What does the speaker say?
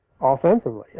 offensively